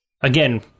again